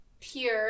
Pure